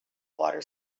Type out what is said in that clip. water